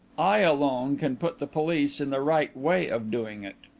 i alone can put the police in the right way of doing it.